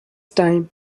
time